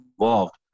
involved